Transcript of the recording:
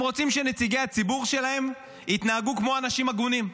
הם רוצים שנציגי הציבור שלהם יתנהגו כמו אנשים הגונים,